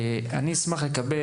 אני מבין